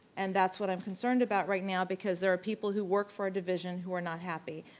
and that's what i'm concerned about right now, because there are people who work for our division who are not happy,